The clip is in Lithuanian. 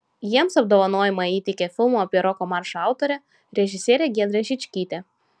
jiems apdovanojimą įteikė filmo apie roko maršą autorė režisierė giedrė žičkytė